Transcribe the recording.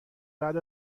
بعد